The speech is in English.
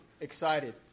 excited